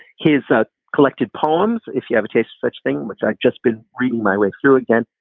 his ah collected poems. if you have a tastes such thing, which i've just been reading my way through again,